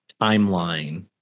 timeline